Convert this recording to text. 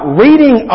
reading